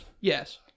Yes